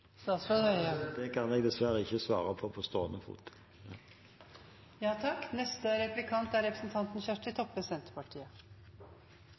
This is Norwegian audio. Det kan jeg dessverre ikke svare på på stående fot.